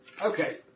Okay